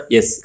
Yes